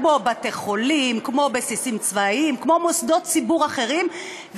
כמו בתי-חולים או בסיסים צבאיים או מוסדות ציבור אחרים,